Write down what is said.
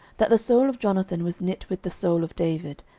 that the soul of jonathan was knit with the soul of david,